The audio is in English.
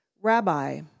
Rabbi